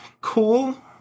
cool